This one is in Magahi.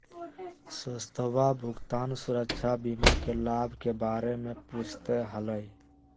श्वेतवा भुगतान सुरक्षा बीमा के लाभ के बारे में पूछते हलय